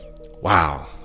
Wow